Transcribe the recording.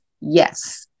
Yes